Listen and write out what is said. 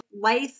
Life